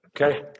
Okay